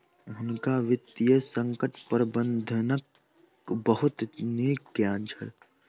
हुनका वित्तीय संकट प्रबंधनक बहुत नीक ज्ञान छल